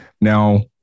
Now